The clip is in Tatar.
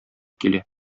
килә